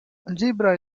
algebra